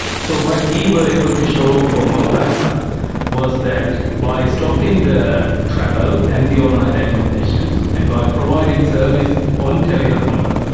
so what we were able to show for mount isa was that by stopping the travel and the overnight accommodations and by providing service on tele-health models,